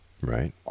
Right